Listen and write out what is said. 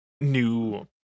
new